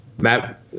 Matt